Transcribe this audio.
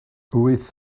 wyth